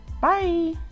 Bye